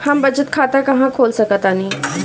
हम बचत खाता कहां खोल सकतानी?